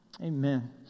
amen